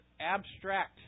abstract